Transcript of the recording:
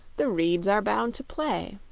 the reeds are bound to play.